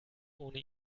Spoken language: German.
ohne